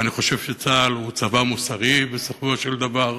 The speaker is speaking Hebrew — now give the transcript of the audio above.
ואני חושב שצה"ל הוא צבא מוסרי, בסופו של דבר,